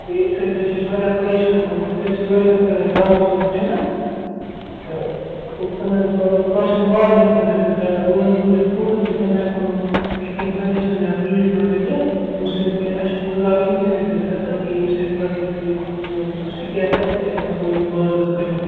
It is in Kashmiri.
ییٚمہِ سۭتۍ أسۍ ٲسۍ واریاہ پریشان گٲمِتۍ أسۍ حظ چھِ واریاہس کرے اَسہِ باغَس مَنٛز محنت تہٕ یِتھٕ کٔنۍ حظ مَطلَب کانٛہہ چھُنہٕ مال نِنہٕ خٲطرٕ تہِ تیار وۅنۍ حظ بوٗز اَسہِ تُہُنٛد تہِ تِم ہیٚکنو کیٚنٛہہ سَجَسشَن یا ٹرٛیٖٹمٮ۪نٛٹ تہِ دِتھ ییٚمہِ سۭتۍ کہِ اَسہِ چھُ گُزارٕ اَمے سۭتۍ حظ گَژھان ییٚمہِ سۭتۍ پَتہٕ أسۍ یہِ سِکیپ ژَلہِ تہٕ أسۍ ہیٚکو یہِ مال حظ کٕنِتھ